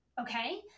okay